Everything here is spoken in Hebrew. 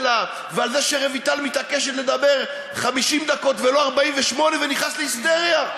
שלה ועל זה שרויטל מתעקשת לדבר 50 דקות ולא 48 ונכנס להיסטריה.